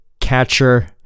catcher